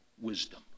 wisdom